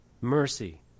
mercy